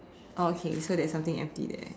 oh okay so there's something empty there